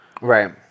right